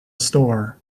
store